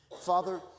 Father